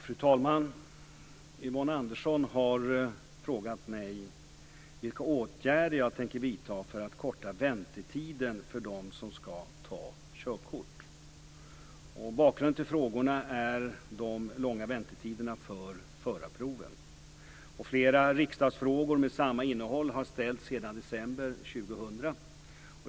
Fru talman! Yvonne Andersson har frågat mig vilka åtgärder jag tänker vidta för att korta väntetiden för dem som ska ta körkort. Bakgrunden till frågorna är de långa väntetiderna för förarproven. Flera riksdagsfrågor med samma innehåll har ställts sedan december 2000.